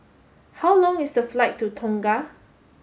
how long is the flight to Tonga